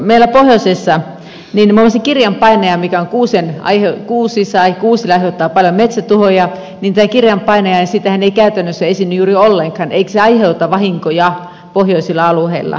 meillä pohjoisessa muun muassa kirjanpainajaa mikä kuusille aiheuttaa paljon metsätuhoja ei käytännössä esiinny juuri ollenkaan eikä se aiheuta vahinkoja pohjoisilla alueilla